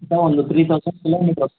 ಹಾಂ ಒಂದು three thousand kilometre